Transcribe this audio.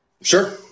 Sure